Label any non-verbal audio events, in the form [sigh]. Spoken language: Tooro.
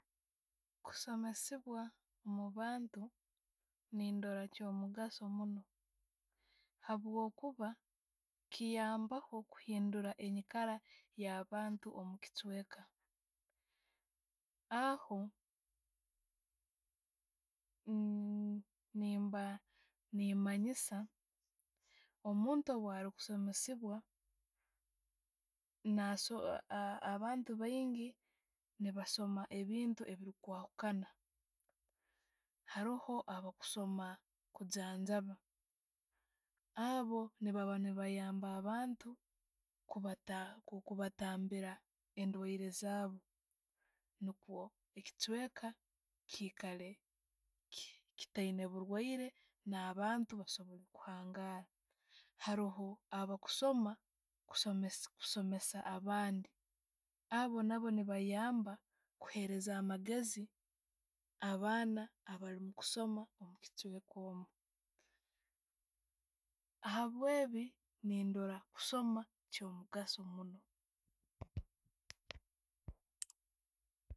Okusomesebwa omubantu nendoora kiri kyomugaaso munno habwokuba, kiyambaho okuhinduura enyiikara ya'bantu omukichweka. Aho, [hesitation] nemba nemanyiisa omuntu bwarikusomesebwa, naso abantu baigi ne' basoma ebintu ebikwaukana, haroho abakusoma kujjanjaba, abo nebanebayamba abantu kubatambiira endwaire zaabu nukwo ekichweka chikare chitayiina oburwaire na'abantu basobore kuhangara. Haroho, abakusooma kusoma kusomesa abandi. Abu nabo nebaymba kuheereza amagezi abaana abaali mukusoma omubikicweka omwo. Habwebi, nendoora okusoma kyamugaso munno.